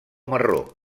marró